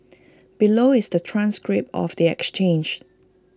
below is the transcript of the exchange